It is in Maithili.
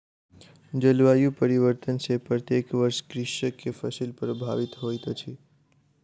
जलवायु परिवर्तन सॅ प्रत्येक वर्ष कृषक के फसिल प्रभावित होइत अछि